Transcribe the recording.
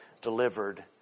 delivered